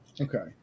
Okay